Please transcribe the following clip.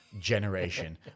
generation